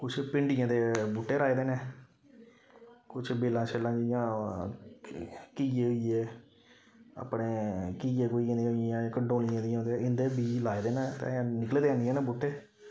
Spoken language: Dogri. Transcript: कुछ भिंडियें दे बहूटे लाए दे न कुछ बेलां छेलां जियां घिये दी ऐ अपने घिये घुये दी होई गेई कंडोलियें दी इं'दे बीऽ लाए दे न ते अजें निकले दे हैनियें न बहूटे